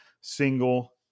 single